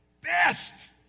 best